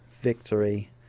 victory